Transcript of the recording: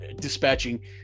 dispatching